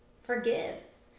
forgives